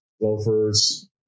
loafers